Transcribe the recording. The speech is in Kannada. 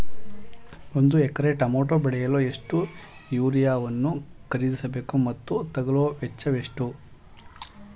ಒಂದು ಎಕರೆ ಟಮೋಟ ಬೆಳೆಯಲು ಎಷ್ಟು ಯೂರಿಯಾವನ್ನು ಖರೀದಿಸ ಬೇಕು ಮತ್ತು ತಗಲುವ ವೆಚ್ಚ ಎಷ್ಟು?